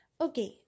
Okay